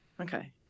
Okay